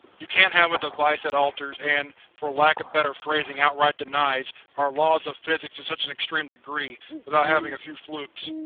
you can't have a device that alters and, for lack of better phrasing, outright denies our laws of physics to such an extreme degree without having a few flukes.